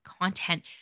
content